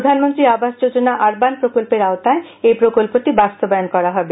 প্রধানমন্ত্রী আবাস যোজনা আর্বান প্রকল্পের আওতায় এই প্রকল্পটি বাস্তবায়ন করা হবে